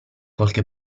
qualche